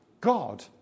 God